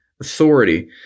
authority